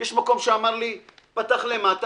יש מקום שפתח למטה,